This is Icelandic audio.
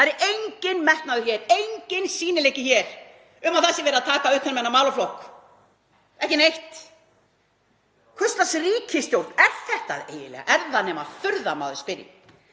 Það er enginn metnaður hér, engin sýnileiki um að það sé verið að taka utan um þennan málaflokk, ekki neitt. Hvers lags ríkisstjórn er þetta eiginlega? Er nema furða að maður spyrji.